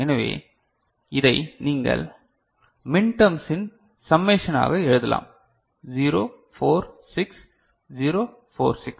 எனவே இதை நீங்கள் மின்டெர்ம்ஸின் சம்மேஷனாக எழுதலாம் 0 4 6 0 4 6